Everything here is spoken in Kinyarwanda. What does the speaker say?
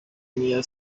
iya